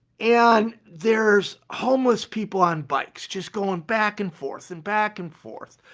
and there's homeless people on bikes just going back and forth and back and forth.